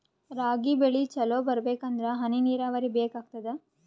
ರಾಗಿ ಬೆಳಿ ಚಲೋ ಬರಬೇಕಂದರ ಹನಿ ನೀರಾವರಿ ಬೇಕಾಗತದ?